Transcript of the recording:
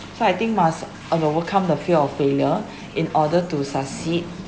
so I think must o~ overcome the fear of failure in order to succeed